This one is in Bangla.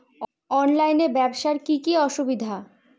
অনলাইনে ব্যবসার কি কি অসুবিধা?